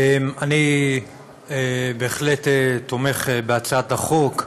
אני בהחלט תומך בהצעת החוק,